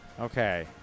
Okay